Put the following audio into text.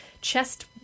chest